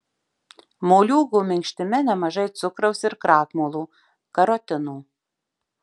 moliūgo minkštime nemažai cukraus ir krakmolo karotino